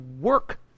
work